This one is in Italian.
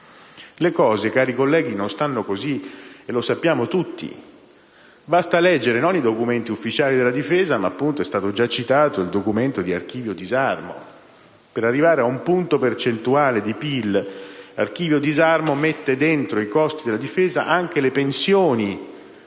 Le cose, cari colleghi, non stanno così, e lo sappiamo tutti. Basta leggere non i documenti ufficiali della difesa ma - è stato già citato - il documento di Archivio Disarmo: per arrivare a un punto percentuale di PIL, l'Archivio Disarmo mette dentro i costi della Difesa anche le pensioni